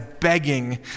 begging